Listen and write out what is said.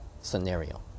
scenario